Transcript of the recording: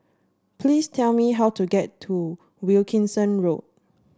please tell me how to get to Wilkinson Road